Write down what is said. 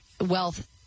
wealth